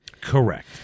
Correct